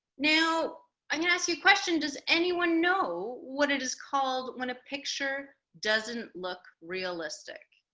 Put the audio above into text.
now i'm gonna ask you a question. does anyone know what it is called when a picture doesn't look realistic?